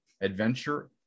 Adventure